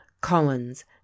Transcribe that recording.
Collins